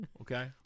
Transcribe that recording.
okay